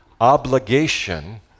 obligation